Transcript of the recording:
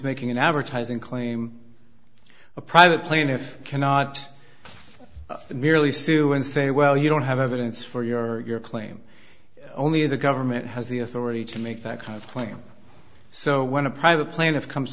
making an advertising claim a private plane if cannot merely sue and say well you don't have evidence for your claim only the government has the authority to make that kind of claim so when a private plane of comes